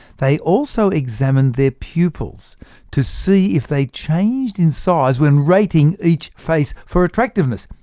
they also examined the pupils to see if they changed in size when rating each face for attractiveness.